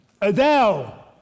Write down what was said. Adele